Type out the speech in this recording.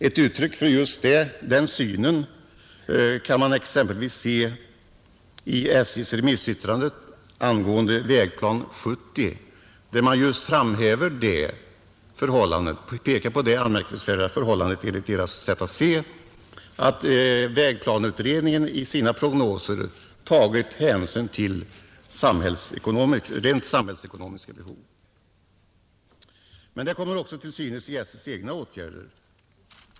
Ett uttryck för den synen kan man finna i SJ:s remissyttrande över Vägplan 70, där SJ just pekar på det anmärkningsvärda förhållandet, enligt deras sätt att se, att vägplanutredningen i sina prognoser tagit hänsyn till rent samhällsekonomiska behov. Det kommer också till synes i SJ:s egna åtgärder.